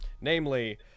Namely